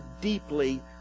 deeply